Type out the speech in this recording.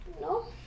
No